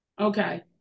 Okay